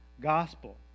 gospel